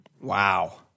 Wow